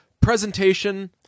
Presentation